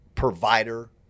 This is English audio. provider